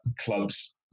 clubs